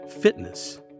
fitness